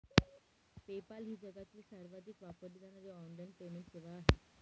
PayPal ही जगातील सर्वाधिक वापरली जाणारी ऑनलाइन पेमेंट सेवा आहे